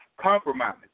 compromise